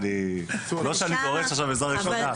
לא שאני דורש עזרה ראשונה...